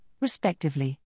respectively